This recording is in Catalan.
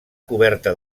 coberta